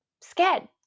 scared